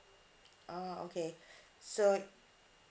ah okay so